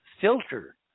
filter